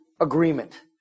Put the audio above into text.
agreement